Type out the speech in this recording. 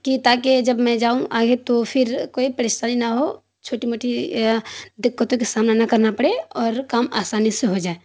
کہ تاکہ جب میں جاؤں آگے تو پھر کوئی پریشانی نہ ہو چھوٹی موٹی دقتوں کا سامنا نہ کرنا پڑے اور کام آسانی سے ہو جائے